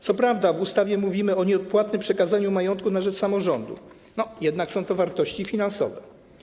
Co prawda w ustawie mówimy o nieodpłatnym przekazaniu majątku na rzecz samorządów, jednak są to wartości finansowe.